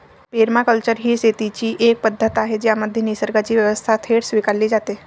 permaculture ही शेतीची एक पद्धत आहे ज्यामध्ये निसर्गाची व्यवस्था थेट स्वीकारली जाते